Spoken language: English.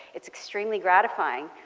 it's extremely gratifying.